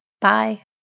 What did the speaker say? Bye